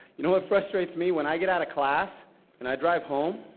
you know what frustrates me? when i get out of class and i drive home,